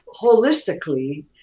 holistically